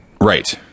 right